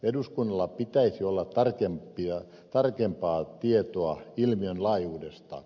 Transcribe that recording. eduskunnalla pitäisi olla tarkempaa tietoa ilmiön laajuudesta